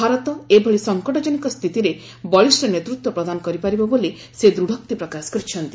ଭାରତ ଏଭଳି ସଫକଟଜନକ ସ୍ଥିତିରେ ବଳିଷ୍ଠ ନେତୃତ୍ୱ ପ୍ରଦାନ କରିପାରିବ ବୋଲି ସେ ଦୂଢ଼ୋକ୍ତି ପ୍ରକାଶ କରିଛନ୍ତି